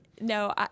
no